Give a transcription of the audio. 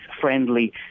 friendly